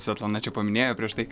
svetlana čia paminėjo prieš tai